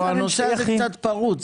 בקיצור הנושא הזה קצת פרוץ.